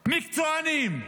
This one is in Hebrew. מקצוענים.